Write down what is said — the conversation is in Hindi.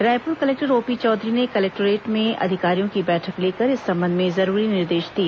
रायपुर कलेक्टर ओपी चौधरी ने कलेक्टोरेट में अधिकारियों की बैठक लेकर इस संबंध में जरूरी निर्देश दिए